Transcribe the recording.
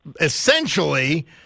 essentially